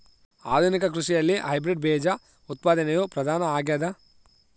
ಆಧುನಿಕ ಕೃಷಿಯಲ್ಲಿ ಹೈಬ್ರಿಡ್ ಬೇಜ ಉತ್ಪಾದನೆಯು ಪ್ರಧಾನ ಆಗ್ಯದ